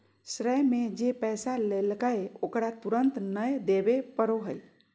श्रेय में जे पैसा लेलकय ओकरा तुरंत नय देबे पड़ो हइ